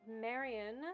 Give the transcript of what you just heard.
Marion